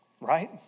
Right